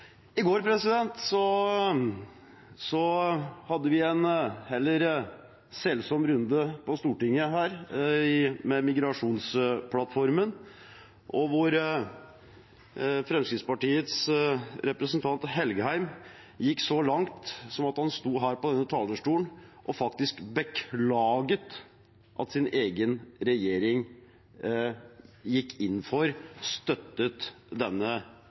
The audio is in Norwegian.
I går hadde vi en heller selsom runde her på Stortinget om migrasjonsplattformen, der Fremskrittspartiets representant Engen-Helgheim gikk så langt at han sto her på denne talerstolen og faktisk beklaget at hans egen regjering gikk inn for, støttet, denne